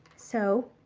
so,